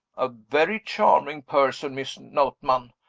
a very charming person, miss notman.